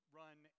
run